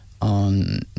on